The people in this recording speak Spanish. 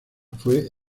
fue